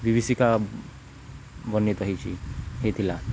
ବିବଷିକା ବର୍ଣ୍ଣିତ ହେଇଛିି ହେଇଥିଲା